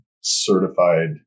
certified